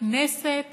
הכנסת